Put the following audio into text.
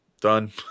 done